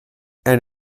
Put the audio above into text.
and